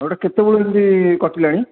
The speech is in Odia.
ଏଇଟା କେତେବେଳୁ ଏମିତି କଟିଲାଣି